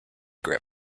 grip